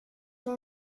dans